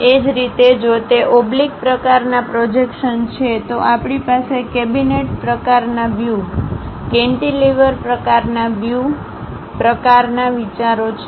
એ જ રીતે જો તે ઓબ્લીક પ્રકારના પ્રોજેક્શન છે તો આપણી પાસે કેબિનેટ પ્રકારનાં વ્યૂ કેન્તીલીવર પ્રકારના વ્યૂ પ્રકારના વિચારો છે